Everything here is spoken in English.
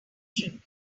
trip